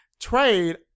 Trade